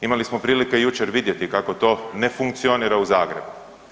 Imali smo prilike jučer vidjeti kako to ne funkcionira u Zagrebu.